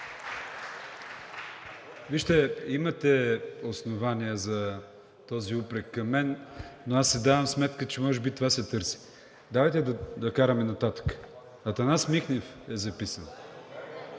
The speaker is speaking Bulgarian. Вижте, имате основание за този упрек към мен, но аз си давам сметка, че може би това се търси. Дайте да караме нататък. Атанас Михнев е записан.